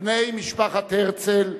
בני משפחת הרצל,